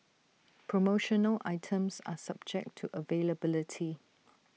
promotional items are subject to availability